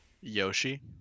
Yoshi